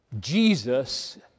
Jesus